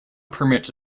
permits